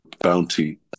bounty